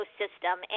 system